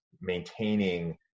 maintaining